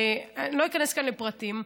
אני לא איכנס כאן לפרטים,